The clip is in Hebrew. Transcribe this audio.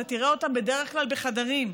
אתה תראה אותם בדרך כלל בחדרים,